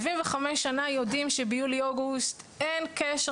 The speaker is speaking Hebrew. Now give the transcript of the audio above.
75 שנה יודעים שביולי-אוגוסט אין קשר